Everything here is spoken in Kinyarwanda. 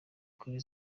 kuri